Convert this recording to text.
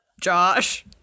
Josh